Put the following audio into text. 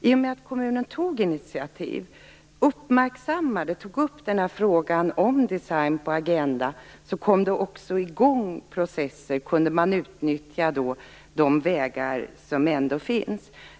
I och med att kommunen tog initiativ, uppmärksammade frågan och tog upp den på agendan kom också processer i gång och man kunde utnyttja de vägar som ändå finns.